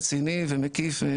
רציני ומקיף.